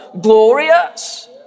glorious